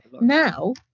Now